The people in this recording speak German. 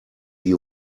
die